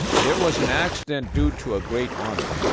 there was an accident due to a great honor.